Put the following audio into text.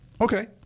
Okay